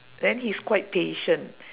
then he's quite patient